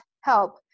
help